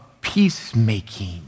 peacemaking